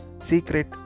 Secret